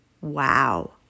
Wow